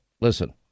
Listen